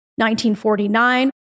1949